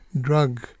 drug